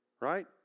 right